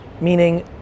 Meaning